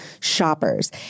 shoppers